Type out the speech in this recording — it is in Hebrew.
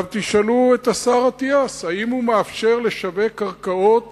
תשאלו את השר אטיאס אם הוא מאפשר לשווק קרקעות